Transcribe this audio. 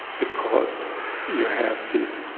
because you have these